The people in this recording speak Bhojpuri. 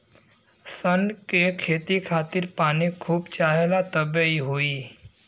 सन के खेती खातिर पानी खूब चाहेला तबे इ होई